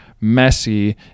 messy